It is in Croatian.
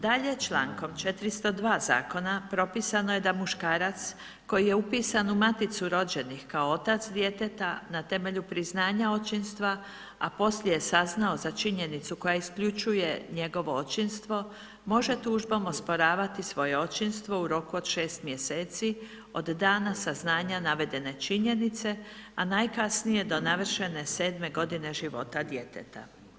Dalje, člankom 402. zakona propisano je da muškarac koji je upisan u Maticu rođenih kao otac djeteta na temelju priznanja očinstva, a poslije je saznao za činjenicu koja isključuje njegovo očinstvo može tužbom osporavati svoje očinstvo u roku od 6 mjeseci od dana saznanja navedene činjenice, a najkasnije do navršene 7 godine života djeteta.